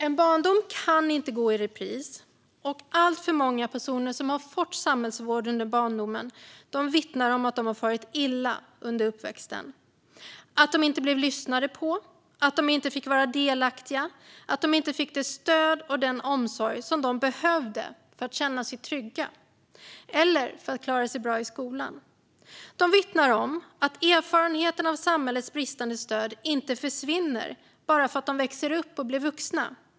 En barndom kan inte gå i repris, och alltför många personer som har fått samhällsvård under barndomen vittnar om att de har farit illa under uppväxten. De blev inte lyssnade på. De fick inte vara delaktiga. De fick inte det stöd och den omsorg som de behövde för att känna sig trygga eller för att klara sig bra i skolan. De vittnar om att erfarenheten av samhällets bristande stöd inte försvinner bara för att de växer upp och blir vuxna.